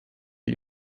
gli